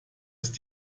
ist